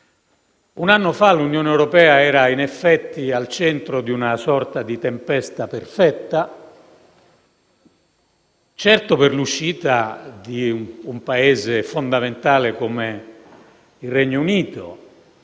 Un anno fa l'Unione europea era, in effetti, al centro di una sorta di tempesta perfetta a causa dell'uscita di un Paese fondamentale come il Regno Unito,